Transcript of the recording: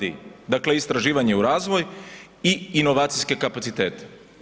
Dakle, istraživanje u razvoj i inovacijske kapacitete.